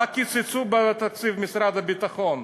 מה קיצצו בתקציב משרד הביטחון?